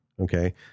okay